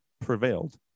prevailed